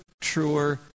truer